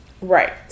Right